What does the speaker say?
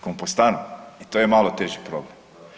Kompostanu to je malo teži problem.